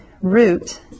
root